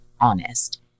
honest